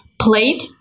plate